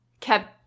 kept